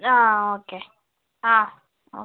ആ ഓക്കെ ആ ഓക്കെ